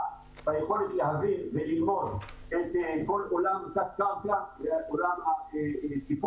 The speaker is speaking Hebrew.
ויכולת להבין וללמוד את כל --- לטיפול בו.